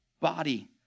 body